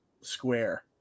square